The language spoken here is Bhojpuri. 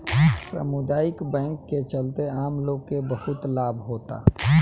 सामुदायिक बैंक के चलते आम लोग के बहुत लाभ होता